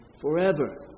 forever